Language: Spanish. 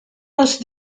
los